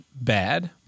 bad